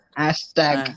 hashtag